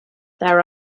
there